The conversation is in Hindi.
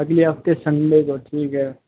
अगले हफ्ते सन्डे को ठीक है